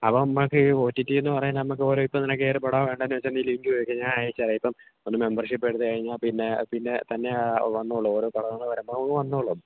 അപ്പം നമുക്ക് ഈ ഒ ടി ടി എന്ന് പറയുന്ന നമുക്ക് ഓരോ ഇപ്പം നിനക്ക് ഏത് പടമാണ് വേണ്ടതെന്ന് വെച്ചാൽ നീ ലിങ്ക് ചോദിച്ചു കഴിഞ്ഞാൽ ഞാൻ അയച്ച് തരാം ഇപ്പം ഒന്ന് മെമ്പർഷിപ് എടുത്ത് കഴിഞ്ഞാൽ പിന്നെ പിന്നെ തന്നെ വന്നോളും ഓരോ പടങ്ങള് വരുമ്പോൾ അങ്ങ് വന്നോളും